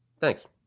thanks